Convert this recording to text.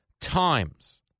times